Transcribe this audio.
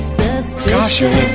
suspicious